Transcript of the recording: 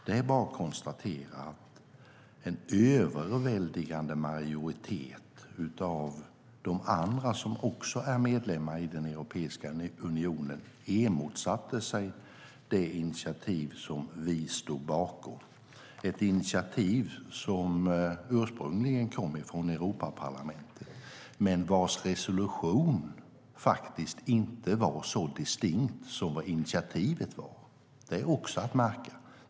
Det är bara att konstatera att en överväldigande majoritet av de andra som också är medlemmar av Europeiska unionen emotsatte sig det initiativ som vi stod bakom. Det var ett initiativ som ursprungligen kom från Europaparlamentet men vars resolution faktiskt inte var så distinkt som initiativet var - det är också att märka.